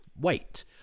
weight